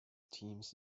teams